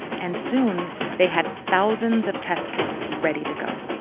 and soon, they had thousands of test kits ready to go.